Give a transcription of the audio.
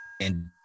and-